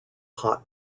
hot